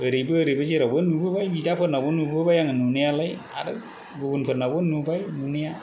ओरैबो ओरैबो जेरावबो नुबोबाय बिदाफोरनाव नुबोबाय आङो नुनायालाय आरो गुबुनफोरनावबो नुबाय नुनाया